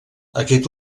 aquest